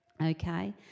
Okay